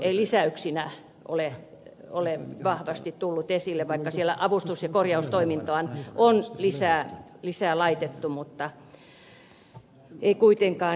ei lisäyksinä ole vahvasti tullut esille vaikka siellä avustus ja korjaustoimintaan on lisää laitettu mutta ei kuitenkaan